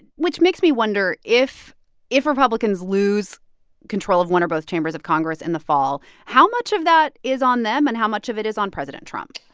which makes me wonder if if republicans lose control of one or both chambers of congress in the fall, how much of that is on them, and how much of it is on president trump?